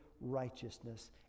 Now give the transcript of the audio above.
righteousness